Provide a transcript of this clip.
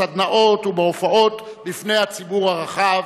בסדנאות ובהופעות בפני הציבור הרחב.